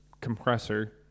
compressor